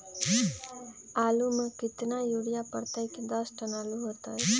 आलु म केतना यूरिया परतई की दस टन आलु होतई?